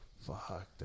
Fuck